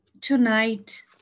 tonight